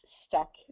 stuck